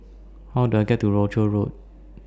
How Do I get to Rochor Road